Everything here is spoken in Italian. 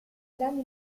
grandi